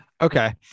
Okay